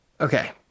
Okay